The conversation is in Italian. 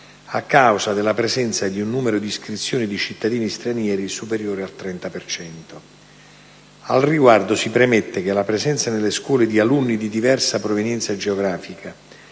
a causa della presenza di un numero di iscrizioni di cittadini stranieri superiore al 30 per cento. Al riguardo, si premette che la presenza nelle scuole di alunni di diversa provenienza geografica